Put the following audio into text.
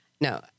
No